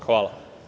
Hvala.